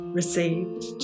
received